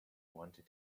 wanted